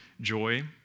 joy